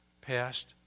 past